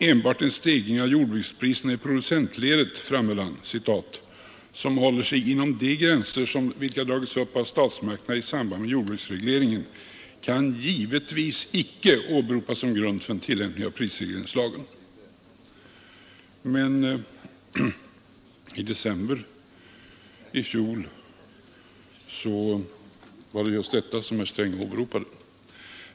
Enbart en stegring av jordbrukspriserna i producentledet, 85 hade han framhållit, ”som håller sig inom de gränser vilka dragits upp av statsmakterna i samband med jordbruksregleringen kan givetvis icke åberopas som grund för en tillämpning av prisregleringslagen”. Men i december i fjol var det just detta herr Sträng åberopade.